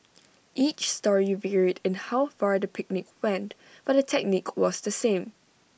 each story varied in how far the picnic went but the technique was the same